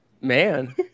Man